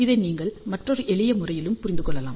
இதை நீங்கள் மற்றொரு எளிய முறையிலும் புரிந்து கொள்ளலாம்